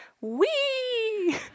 wee